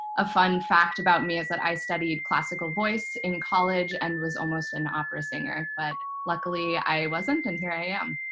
a fun fact about me is that i studied classical voice in college and was almost an opera singer. but luckily i wasn't, and here i am.